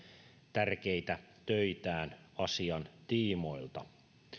tärkeitä töitään asian tiimoilta